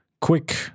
Quick